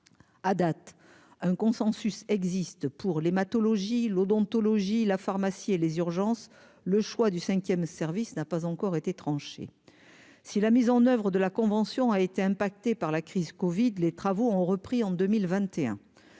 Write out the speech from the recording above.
à date un consensus existe pour l'hématologie l'odontologie, la pharmacie et les urgences, le choix du 5ème service n'a pas encore été tranchée si la mise en oeuvre de la convention a été impacté par la crise Covid les travaux ont repris en 2021